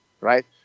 right